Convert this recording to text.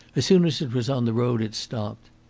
as soon as it was on the road it stopped.